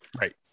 Right